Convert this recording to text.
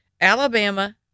Alabama